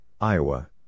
Iowa